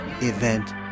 event